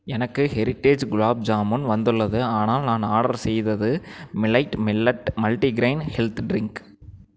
எனக்கு ஹெரிட்டேஜ் குலாப் ஜாமுன் வந்துள்ளது ஆனால் நான் ஆர்டர் செய்தது மீலைட் மில்லட் மல்டிகிரெயின் ஹெல்த் ட்ரின்க்